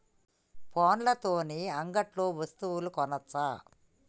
ఫోన్ల తోని అంగట్లో వస్తువులు కొనచ్చా?